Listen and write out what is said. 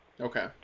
Okay